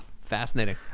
fascinating